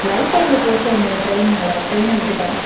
ஃலைப்பே இங்கே போச்சே என்னது ட்ரெயின்னால் ட்ரெயினை விட்டுவிட்டேன்